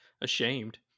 ashamed